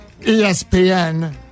ESPN